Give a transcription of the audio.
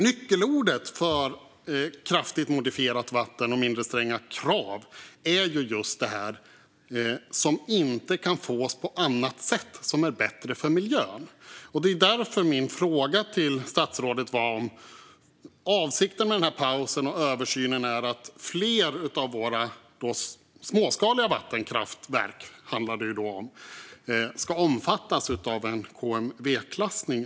Nyckelorden för kraftigt modifierat vatten och mindre stränga krav är "som inte kan fås på annat sätt som är bättre för miljön". Det var därför min fråga till statsrådet var om avsikten med denna paus och översyn är att fler av Sveriges småskaliga vattenkraftverk, som det ju handlar om, ska omfattas av en KMV-klassning.